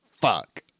fuck